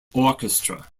orchestra